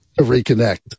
reconnect